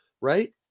right